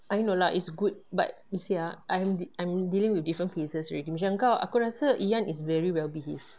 I know lah it's good but you see ah I'm de~ I'm dealing with different cases already macam kau aku rasa ian is very well behaved